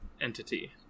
entity